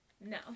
no